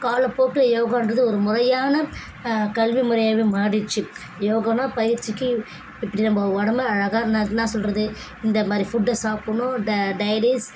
காலப்போக்கில் யோகான்றது ஒரு முறையான கல்வி முறையாகவே மாறிடுச்சி யோகான்னா பயிற்சிக்கு இப்படி நம்ம உடம்ப அழகாக என்ன என்ன சொல்கிறது இந்த மாதிரி ஃபுட்டை சாப்பிட்ணும் ட டைரிஸ்